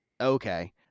Okay